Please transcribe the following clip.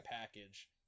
package